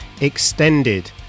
Extended